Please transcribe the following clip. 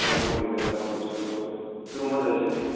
bike modify કરાવાનું છે બરોબર ક્યુ મોડલ છે